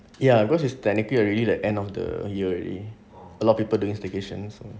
ya because it's technically already the end of the year already a lot of people doing staycation so